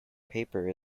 paper